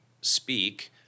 speak –